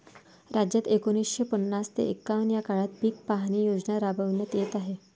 राज्यात एकोणीसशे पन्नास ते एकवन्न या काळात पीक पाहणी योजना राबविण्यात येत आहे